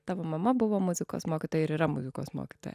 tavo mama buvo muzikos mokytoja ir yra muzikos mokytoja